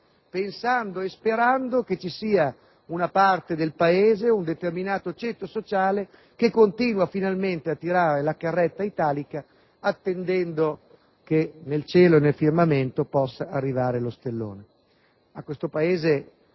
pensando e sperando che ci sia una parte del Paese, un determinato ceto sociale che continua a tirare la carretta italica, attendendo che nel cielo e nel firmamento possa arrivare lo stellone.